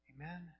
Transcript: Amen